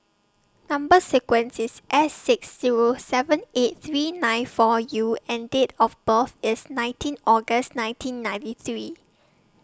Number sequence IS S six Zero seven eight three nine four U and Date of birth IS nineteen August nineteen ninety three